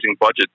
budget